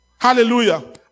hallelujah